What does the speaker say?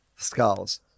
Skulls